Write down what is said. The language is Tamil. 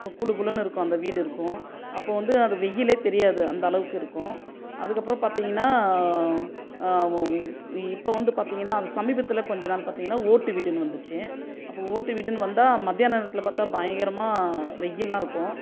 குளுகுளுன்னு இருக்கும் அந்த வீடு இருக்கும் அப்போது வந்து அது வெயில்லே தெரியாது அந்தளவுக்கு இருக்கும் அதுக்கப்புறம் பார்த்தீங்கன்னா இப்போ வந்து பார்த்தீங்கன்னா அது சமீபத்தில் கொஞ்ச நாள் பார்த்தீங்கன்னா ஓட்டு வீடுன்னு வந்துச்சு அப்போ ஓட்டு வீடுன்னு வந்தால் மதியான நேரத்தில் பார்த்தா பயங்கரமாக வெயிலாக இருக்கும்